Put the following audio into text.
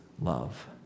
love